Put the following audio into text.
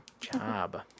Job